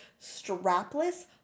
strapless